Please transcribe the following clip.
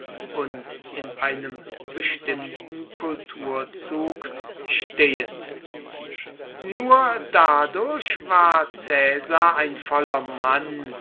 und in einem bestimmten kulturzug stehen nur dadurch war caesar ein voller mann